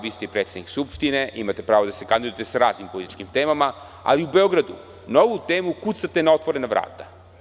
Vi ste i predsednik Skupštine i imate pravo da se kandidujete sa raznim političkim temama, ali u Beogradu na ovu temu kucate na otvorena vrata.